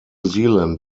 zealand